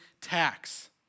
tax